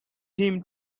him